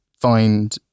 find